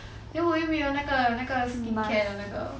then 我又没有那个那个 skincare 的那个